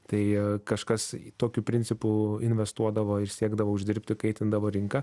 tai a kažkas tokiu principu investuodavo ir siekdavo uždirbti kaitindavo rinką